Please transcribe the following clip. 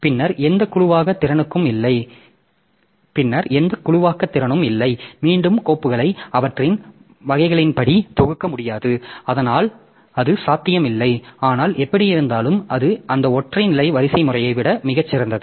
பின்னர் எந்த குழுவாக்க திறனும் இல்லை மீண்டும் கோப்புகளை அவற்றின் வகைகளின்படி தொகுக்க முடியாது அதனால் அது சாத்தியமில்லை ஆனால் எப்படியிருந்தாலும் இது அந்த ஒற்றை நிலை வரிசைமுறையை விட மிகச் சிறந்தது